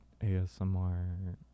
ASMR